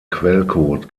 quellcode